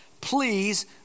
Please